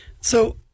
So-